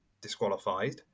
disqualified